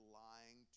lying